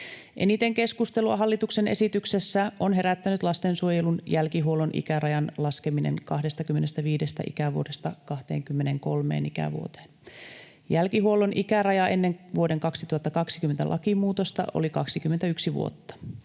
Eniten keskustelua hallituksen esityksessä on herättänyt lastensuojelun jälkihuollon ikärajan laskeminen 25 ikävuodesta 23 ikävuoteen. Jälkihuollon ikäraja ennen vuoden 2020 lakimuutosta oli 21 vuotta.